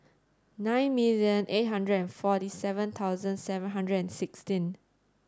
nine million eight hundred and forty seven thousand seven hundred and sixteen